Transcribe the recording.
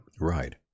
Right